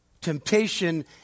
Temptation